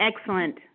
excellent